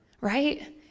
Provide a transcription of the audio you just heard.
right